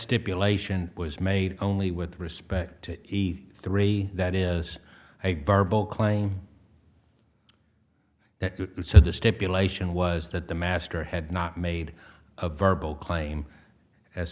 stipulation was made only with respect to the three that is a verbal claim so the stipulation was that the master had not made a verbal claim as